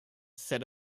said